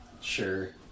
Sure